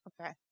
Okay